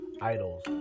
idols